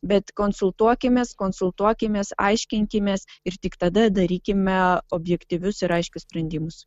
bet konsultuokimės konsultuokimės aiškinkimės ir tik tada darykime objektyvius ir aiškius sprendimus